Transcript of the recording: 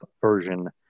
version